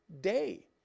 day